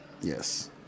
Yes